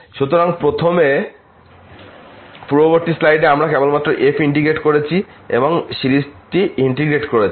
সুতরাং প্রথমে পূর্ববর্তী স্লাইডে আমরা কেবলমাত্র f ইন্টিগ্রেট করেছি এবং আমরা সিরিজটি ইন্টিগ্রেট করেছি